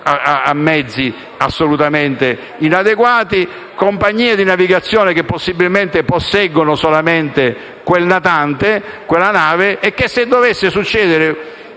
a mezzi assolutamente inadeguati, compagnie di navigazione che magari posseggono solamente quel natante e che, se dovesse succedere